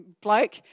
bloke